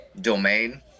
domain